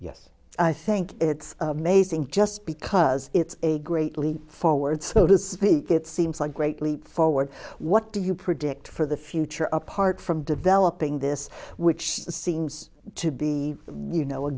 yes i think it's amazing just because it's a great leap forward so to speak it seems like a great leap forward what do you predict for the future of part from developing this which seems to be you know a